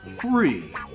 three